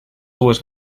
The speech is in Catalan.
dues